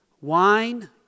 Wine